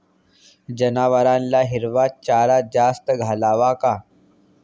जनावरांना हिरवा चारा जास्त घालावा का?